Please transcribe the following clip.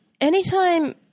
anytime